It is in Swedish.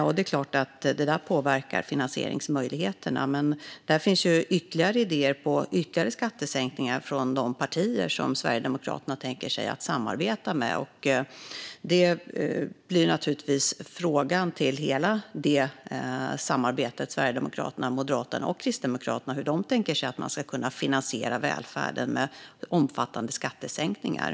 Det är klart att det påverkar finansieringsmöjligheterna. Det finns ytterligare idéer om ytterligare skattesänkningar från de partier som Sverigedemokraterna tänker sig att samarbeta med. Frågan till hela det samarbetet mellan Sverigedemokraterna, Moderaterna och Kristdemokraterna blir hur de tänker sig att man ska kunna finansiera välfärden med omfattande skattesänkningar.